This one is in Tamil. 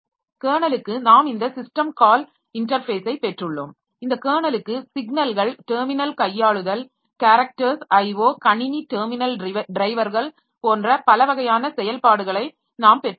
கெர்னலுக்கு நாம் இந்த சிஸ்டம் கால் இன்டர்ஃபேஸை பெற்றுள்ளோம் இந்த கெர்னலுக்கு சிக்னல்கள் டெர்மினல் கையாளுதல் கேரக்டர்ஸ் IO கணினி டெர்மினல் டிரைவர்கள் போன்ற பல வகையான செயல்பாடுகளை நாம் பெற்றுள்ளோம்